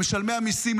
למשלמי המיסים,